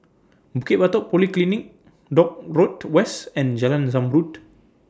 Bukit Batok Polyclinic Dock Road West and Jalan Zamrud